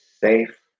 safe